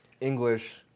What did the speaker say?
English